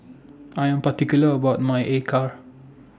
I Am particular about My Acar